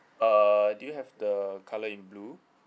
uh do you have the colour in blue